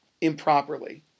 improperly